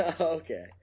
Okay